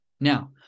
Now